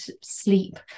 sleep